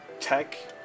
tech